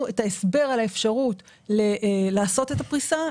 את ההסבר על האפשרות לעשות את הפריסה.